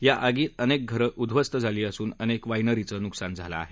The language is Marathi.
या आगीत अनेक घरं उद्धस्त झाली असून अनेक वायनरींचं नुकसान झालं आहे